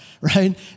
right